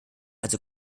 also